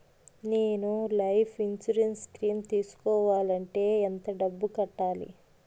నేను life insurance scheme తీసుకోవాలంటే ఎంత డబ్బు కట్టాలి?